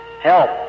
Help